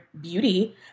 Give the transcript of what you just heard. beauty